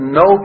no